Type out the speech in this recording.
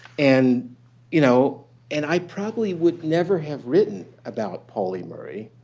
and you know and i probably would never have written about pauli murray